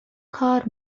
کار